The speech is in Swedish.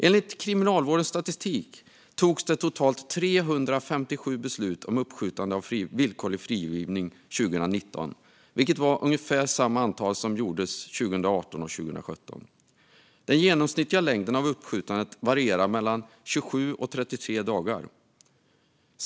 Enligt Kriminalvårdens statistik togs det totalt 357 beslut om uppskjutande av villkorlig frigivning 2019, vilket var ungefär samma antal som 2018 och 2017. Den genomsnittliga längden på uppskjutandet varierade mellan 27 och 33 dagar.